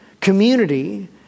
community